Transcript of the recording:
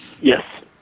Yes